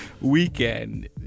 Weekend